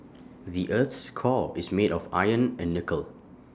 the Earth's core is made of iron and nickel